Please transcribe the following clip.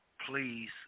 please